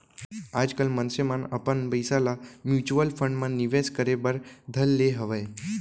आजकल मनसे मन अपन पइसा ल म्युचुअल फंड म निवेस करे बर धर ले हवय